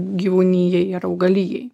gyvūnijai ir augalijai